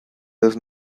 does